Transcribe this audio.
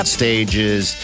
stages